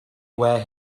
where